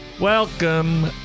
Welcome